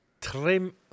trim